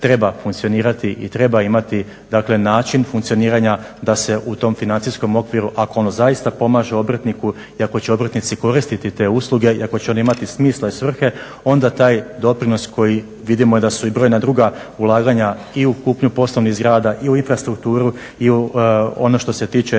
treba funkcionirati i treba imati način funkcioniranja, da se u tim financijskom okviru ako on zaista pomaže obrtniku i ako će obrtnici koristiti te usluge i ako će on imati smisla i svrhe onda taj doprinos koji vidimo da su i brojna druga ulaganja i u kupnju poslovnih zgrada i u infrastrukturu i u ono što se tiče